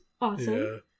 Awesome